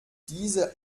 diese